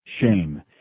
shame